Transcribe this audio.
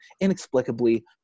inexplicably